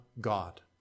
God